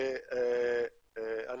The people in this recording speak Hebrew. ואנחנו,